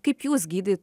kaip jūs gydy